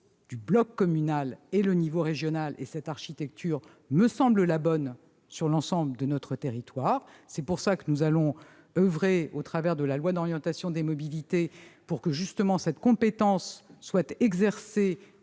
du bloc communal et au niveau régional. Cette architecture me semble la bonne sur l'ensemble de notre territoire. C'est pourquoi nous allons oeuvrer, au travers de la loi d'orientation des mobilités, pour que, justement, cette compétence soit exercée